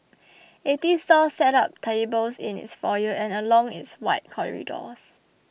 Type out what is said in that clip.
eighty stalls set up tables in its foyer and along its wide corridors